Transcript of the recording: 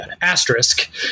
asterisk